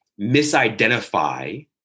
misidentify